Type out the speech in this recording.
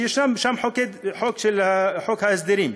ששם חוקק חוק ההסדרים.